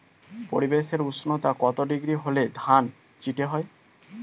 পরিবেশের উষ্ণতা কত ডিগ্রি হলে ধান চিটে হয়?